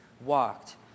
walked